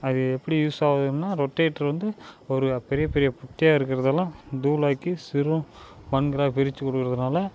அது எப்படி யூஸ்ஸாகுதுன்னா ரொட்டேட்ரு வந்து ஒரு பெரிய பெரிய குட்டியாக இருக்கிறதெல்லாம் தூளாக்கி சிறு மண்களாக பிரித்து கொடுக்கறதுனால